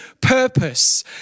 purpose